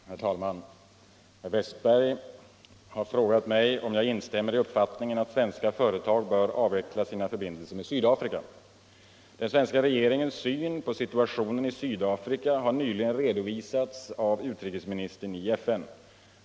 Herr talman! Herr Wästborg i Stockholm har frågat mig om jag instämmer i uppfattningen aut svenska företag bör avveckla sina förbin Den svenska regeringens syn på situationen i Sydafrika har nyligen redovisats av utrikesministern i EN.